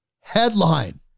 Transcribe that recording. Headline